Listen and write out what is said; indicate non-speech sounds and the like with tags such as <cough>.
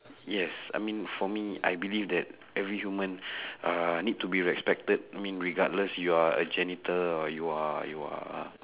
yes I mean for me I believe that every human <breath> uh need to be respected I mean regardless you are a janitor or you are you are